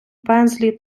пензлі